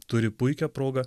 turi puikią progą